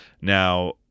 Now